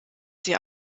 sie